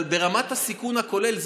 אבל ברמת הסיכון הכולל,